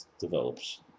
develops